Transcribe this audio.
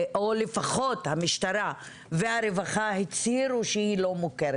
או לפחות המשטרה והרווחה הצהירו שהיא לא מוכרת.